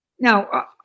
Now